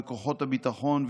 בכוחות הביטחון,